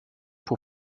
pour